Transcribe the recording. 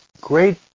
great